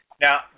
Now